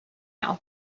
now